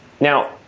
Now